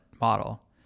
model